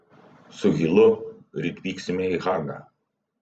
su hilu ryt vyksime į hagą